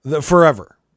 forever